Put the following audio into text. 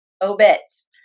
Obits